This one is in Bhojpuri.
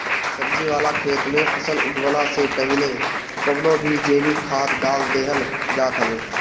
सब्जी वाला खेत में फसल उगवला से पहिले कवनो भी जैविक खाद डाल देहल जात हवे